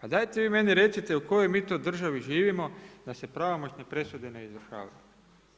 Pa dajte vi meni recite u kojoj mi to državi živimo da se pravomoćne presude ne izvršavaju,